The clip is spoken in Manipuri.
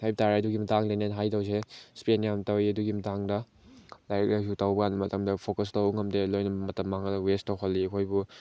ꯍꯥꯏꯕ ꯇꯥꯔꯒꯗꯤ ꯑꯗꯨꯒꯤ ꯃꯇꯥꯡꯗ ꯑꯩꯅ ꯍꯥꯏꯗꯧꯁꯦ ꯏꯁꯄꯦꯟ ꯌꯥꯝ ꯇꯧꯏ ꯑꯗꯨꯒꯤ ꯃꯇꯥꯡꯗ ꯂꯥꯏꯔꯤꯛ ꯂꯥꯏꯁꯨ ꯇꯧꯕ ꯃꯇꯝꯗ ꯐꯣꯀꯁ ꯇꯧꯕ ꯉꯝꯗꯦ ꯂꯣꯏꯅ ꯃꯇꯝ ꯃꯥꯡꯍꯜꯂꯤ ꯋꯦꯁ ꯇꯧꯍꯜꯂꯤ ꯑꯩꯈꯣꯏꯕꯨ